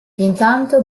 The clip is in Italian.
intanto